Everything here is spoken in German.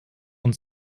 und